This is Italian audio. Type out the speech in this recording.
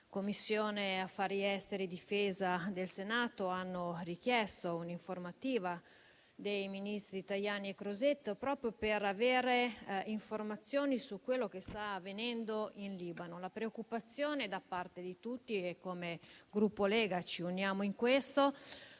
Commissione affari esteri e difesa del Senato, hanno richiesto un'informativa dei ministri Tajani e Crosetto per avere informazioni su quello che sta avvenendo in Libano. La preoccupazione di tutti - e anche noi della Lega ci uniamo in questo